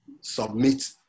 submit